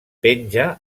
penja